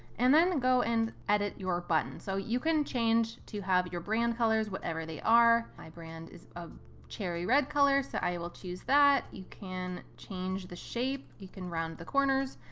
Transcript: and then go and edit your button. so you can change to have your brand colors, whatever they are, my brand is a cherry red color. so i will choose that. you can change the shape you, you can round the corners.